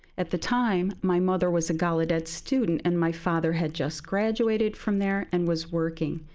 at the time, my mother was a gallaudet student and my father had just graduated from there and was working.